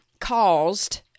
caused